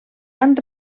han